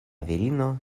virino